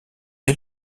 est